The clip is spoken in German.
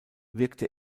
wirkte